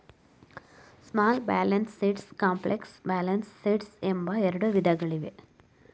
small balance sheets, complex balance sheets ಎಂಬ ಎರಡು ವಿಧಗಳಿವೆ